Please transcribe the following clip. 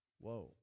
Whoa